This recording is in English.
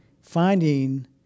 finding